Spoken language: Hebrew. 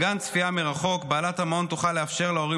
גן צפייה מרחוק שבו בעלת המעון תוכל לאפשר להורים